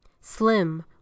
Slim